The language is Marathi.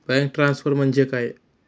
बँक ट्रान्सफर म्हणजे काय?